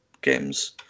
games